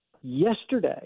Yesterday